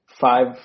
five